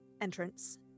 entrance